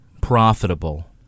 profitable